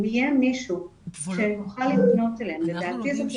אם יהיה מישהו שיוכל לפנות אליהם לדעתי זה צריך